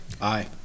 Aye